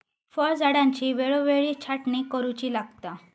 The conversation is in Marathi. फळझाडांची वेळोवेळी छाटणी करुची लागता